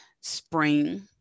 spring